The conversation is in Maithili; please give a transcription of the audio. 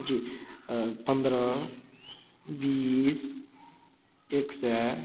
जी पन्द्रह बीस एक सए